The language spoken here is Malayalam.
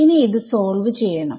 ഇനി ഇത് സോൾവ് ചെയ്യണം